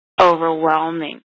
overwhelming